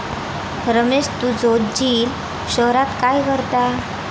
रमेश तुझो झिल शहरात काय करता?